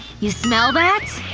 you smell that?